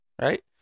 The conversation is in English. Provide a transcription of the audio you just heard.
right